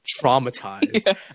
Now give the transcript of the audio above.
traumatized